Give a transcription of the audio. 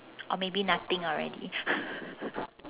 or maybe nothing already